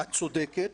את צודקת.